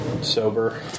sober